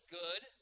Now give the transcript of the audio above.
good